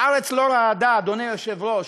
הארץ לא רעדה, אדוני היושב-ראש,